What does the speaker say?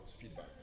feedback